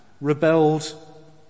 rebelled